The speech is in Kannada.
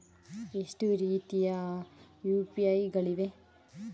ಎಷ್ಟು ರೀತಿಯ ಯು.ಪಿ.ಐ ಗಳಿವೆ?